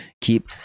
keep